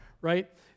right